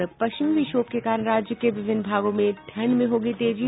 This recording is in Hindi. और पश्चिमी विक्षोभ के कारण राज्य के विभिन्न भागों में ठंड में होगी तेजी